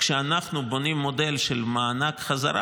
כשאנחנו בונים מודל של מענק חזרה,